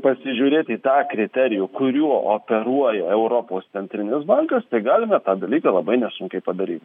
pasižiūrėti į tą kriterijų kuriuo operuoja europos centrinis bankas tai galime tą dalyką labai nesunkiai padaryti